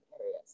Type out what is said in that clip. areas